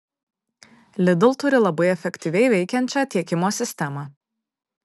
lidl turi labai efektyviai veikiančią tiekimo sistemą